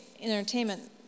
entertainment